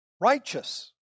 righteous